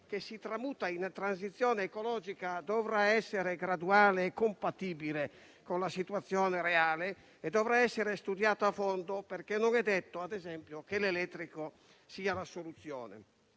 che si tramuta in transizione ecologica, dovrà essere graduale e compatibile con la situazione reale e dovrà essere studiato a fondo perché non è detto, ad esempio, che l'elettrico sia la soluzione.